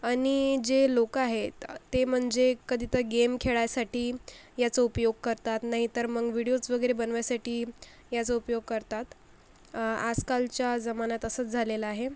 आणि जे लोकं आहेत ते म्हणजे कधीतरी गेम खेळायसाठी याचा उपयोग करतात नाहीतर मग व्हिडीओज वगैरे बनवायसाठी याचा उपयोग करतात आजकालच्या जमान्यात असंच झालेलं आहे